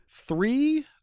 Three